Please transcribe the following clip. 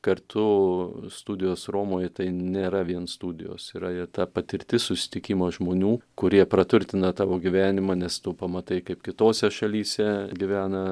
kartu studijos romoje tai nėra vien studijos yra ir ta patirtis susitikimo žmonių kurie praturtina tavo gyvenimą nes tu pamatai kaip kitose šalyse gyvena